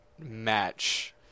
match